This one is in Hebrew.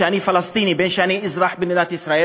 שאני פלסטיני לבין זה שאני אזרח במדינת ישראל,